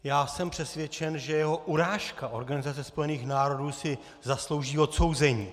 Já jsem přesvědčen, že jeho urážka Organizace spojených národů si zaslouží odsouzení.